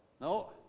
No